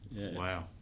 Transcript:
wow